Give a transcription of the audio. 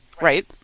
Right